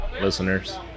listeners